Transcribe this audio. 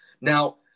now